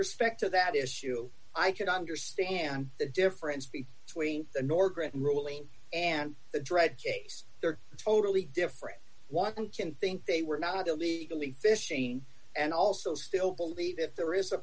respect to that issue i could understand the difference be tween the nordgren rolling and the dred case they're totally different one can think they were not illegally fishing and also still believe if there is a